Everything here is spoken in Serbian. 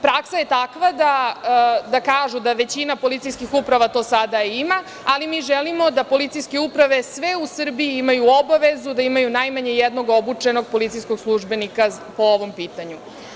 Praksa je takva da kažu da većina policijskih uprava to sada ima, ali mi želimo da policijske uprave sve u Srbiji imaju obavezu, da imaju najmanje jednog obučenog policijskog službenika po ovom pitanju.